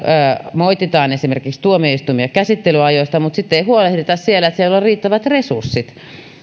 moititaan esimerkiksi tuomioistuimia käsittelyajoista mutta sitten ei huolehdita siitä että siellä on riittävät resurssit